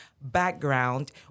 background